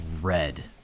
red